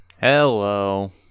Hello